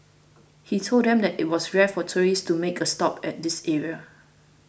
he told them that it was rare for tourists to make a stop at this area